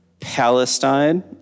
Palestine